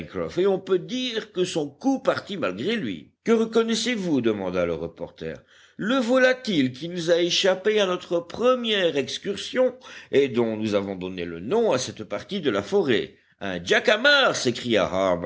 et on peut dire que son coup partit malgré lui que reconnaissez-vous demanda le reporter le volatile qui nous a échappé à notre première excursion et dont nous avons donné le nom à cette partie de la forêt un jacamar s'écria